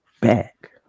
back